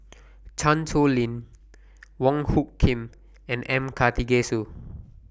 Chan Sow Lin Wong Hung Khim and M Karthigesu